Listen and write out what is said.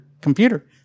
computer